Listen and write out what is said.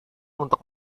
untuk